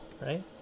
right